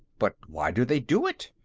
but why do they do it?